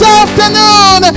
afternoon